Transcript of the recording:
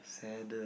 sadder